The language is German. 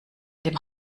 dem